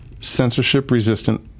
censorship-resistant